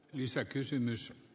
lisäkysymys